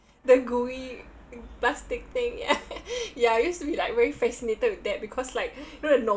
the gooey plastic thing ya ya I used to be like very fascinated with that because like you know the